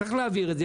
צריך להעביר את זה,